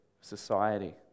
society